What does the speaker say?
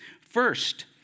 First